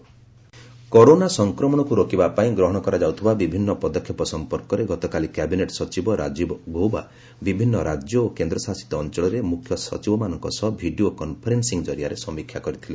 cabinet secretary corona ସଂକ୍ରମଣକୁ ରୋକିବା ପାଇଁ ଗ୍ରହଣ କରାଯାଉଥିବା ବିଭିନ୍ନ ପଦକ୍ଷେପ ସମ୍ପର୍କରେ ଗତକାଲି କ୍ୟାବିନେଟ ସଚିବ ରାଜୀବ ଗୌବା ବିଭିନ୍ନ ରାଜ୍ୟ ଓ କେନ୍ଦ୍ରଶାସିତ ଅଞ୍ଚଳରେ ମୁଖ୍ୟ ସଚିବମାନଙ୍କ ସହ ଭିଡିଓ କନଫରେନ୍ନିଂ କରିଆରେ ସମୀକ୍ଷା କରିଥିଲେ